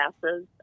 classes